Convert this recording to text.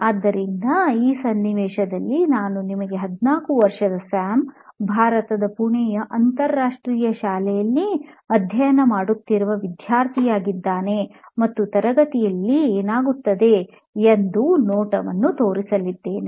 ಆದ್ದರಿಂದ ಈ ಸನ್ನಿವೇಶದಲ್ಲಿ ನಾವು ನಿಮಗೆ 14 ವರ್ಷದ ಸ್ಯಾಮ್ ಭಾರತದ ಪುಣೆಯ ಅಂತರರಾಷ್ಟ್ರೀಯ ಶಾಲೆಯಲ್ಲಿ ಅಧ್ಯಯನ ಮಾಡುತ್ತೀರುವ ವಿದ್ಯಾರ್ಥಿಯಾಗಿದ್ದಾನೆ ಮತ್ತು ತರಗತಿಯಲ್ಲಿ ಏನಾಗುತ್ತದೆ ಎಂದು ನೋಟವಾಗಿ ತೋರಿಸಲಿದ್ದೇವೆ